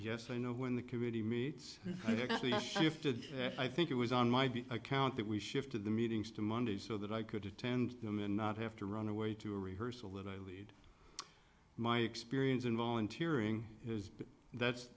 you know when the committee meets actually shifted i think it was on my account that we shifted the meetings to monday so that i could attend them and not have to run away to a rehearsal that i lead my experience in volunteering that's